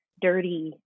dirty